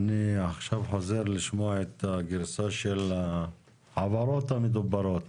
אני חוזר לשמוע את הגרסה של החברות המדוברות.